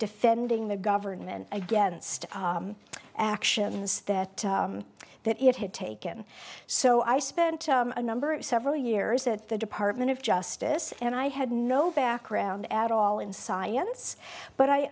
defending the government against actions that that it had taken so i spent a number several years at the department of justice and i had no background at all in science but i